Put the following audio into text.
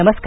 नमस्कार